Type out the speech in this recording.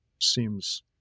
Seems